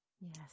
Yes